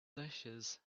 dishes